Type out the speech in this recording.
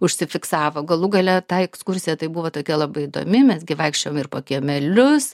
užsifiksavo galų gale ta ekskursija tai buvo tokia labai įdomi mes gi vaikščiojom ir po kiemelius